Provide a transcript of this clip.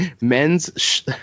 men's